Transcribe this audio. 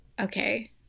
Okay